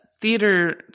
theater